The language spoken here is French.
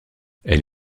elle